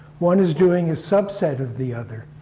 one is doing a subset of the other.